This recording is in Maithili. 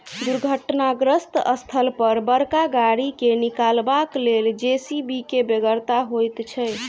दुर्घटनाग्रस्त स्थल पर बड़का गाड़ी के निकालबाक लेल जे.सी.बी के बेगरता होइत छै